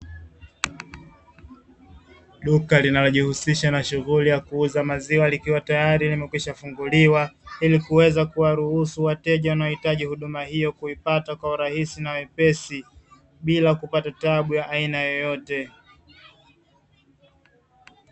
Duka linalojihusisha na shughuli ya kuuza maziwa likiwa tayari limekwisha funguliwa, ili kuweza kuwaruhusu wateja wanaohitaji huduma hiyo kuipata kwa urahisi na wepesi bila kupata taabu ya aina yoyote